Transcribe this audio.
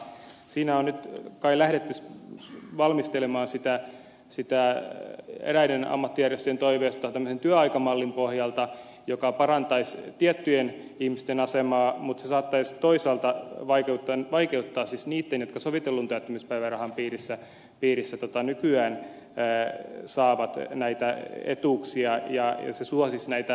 sitä on nyt kai lähdetty valmistelemaan eräiden ammattijärjestöjen toiveesta tämmöisen työaikamallin pohjalta joka parantaisi tiettyjen ihmisten asemaa mutta se saattaisi toisaalta vaikeuttaa siis niitten asemaa jotka sovitellun työttömyyspäivärahan piirissä nykyään saavat näitä etuuksia ja se suosisi näitä parempipalkkaisia